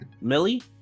Millie